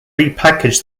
repackaged